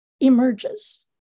emerges